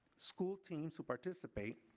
school teams who participate